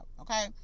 okay